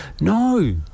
No